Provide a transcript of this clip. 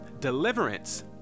deliverance